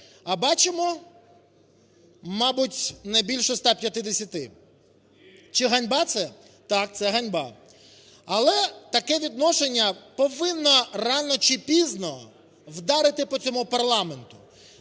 А бачимо, мабуть, не більше 150. Чи ганьба це? Так, це ганьба! Але таке відношення повинно рано чи пізно вдарити по цьому парламенту.